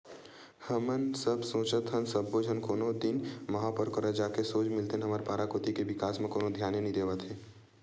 हमन सब सोचत हन सब्बो झन कोनो दिन महापौर करा जाके सोझ मिलतेन हमर पारा कोती के बिकास म कोनो धियाने नइ देवत हे